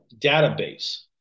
database